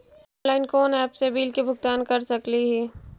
Online कोन app से bill के भुगतान कर सकली ही?